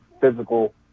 physical